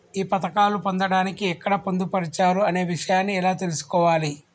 ఈ పథకాలు పొందడానికి ఎక్కడ పొందుపరిచారు అనే విషయాన్ని ఎలా తెలుసుకోవాలి?